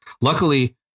Luckily